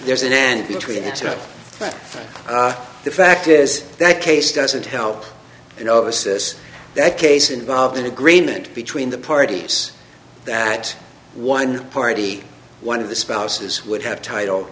there's an end between after the fact is that case doesn't help you know assess that case involved an agreement between the parties that one party one of the spouses would have title